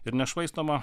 ir nešvaistoma